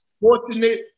fortunate